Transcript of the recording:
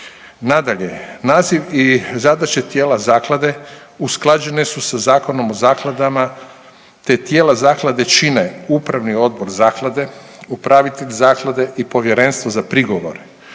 Nadalje, naziv i zadaće tijela zaklade usklađene su sa Zakonom o zakladama te tijela zaklade čine upravni odbor zaklade, upravitelj zaklade i povjerenstvo za prigovore.